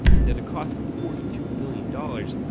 and at a cost of forty two billion dollars,